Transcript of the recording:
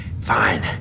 Fine